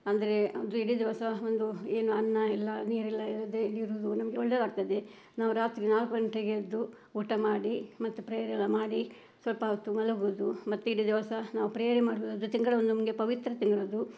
ಅಂದರೆ ಅದು ಇಡೀ ದಿವಸ ಒಂದು ಏನು ಅನ್ನ ಇಲ್ಲ ನೀರಿಲ್ಲ ಇರದೆ ಹೇಗಿರೋದು ನಮಗೆ ಒಳ್ಳೆದಾಗ್ತದೆ ನಾವು ರಾತ್ರಿ ನಾಲ್ಕು ಗಂಟೆಗೆ ಎದ್ದು ಊಟ ಮಾಡಿ ಮತ್ತು ಪ್ರೇಯರೆಲ್ಲ ಮಾಡಿ ಸ್ವಲ್ಪ ಹೊತ್ತು ಮಲಗೋದು ಮತ್ತೆ ಇಡೀ ದಿವಸ ನಾವು ಪ್ರೇಯರೆ ಮಾಡೋದಾದ್ರೆ ತಿಂಗಳು ನಮಗೆ ಪವಿತ್ರ ತಿಂಗಳದು